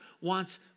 wants